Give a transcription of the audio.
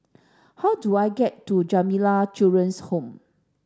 how do I get to Jamiyah Children's Home